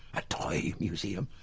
a toy museum,